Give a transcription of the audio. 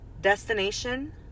destination